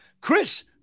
Chris